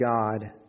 God